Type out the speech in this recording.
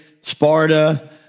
Sparta